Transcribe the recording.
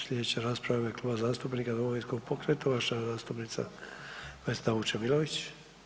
Slijedeća rasprava u ime Kluba zastupnika Domovinskog pokreta, uvažena zastupnica Vesna Vučemilović.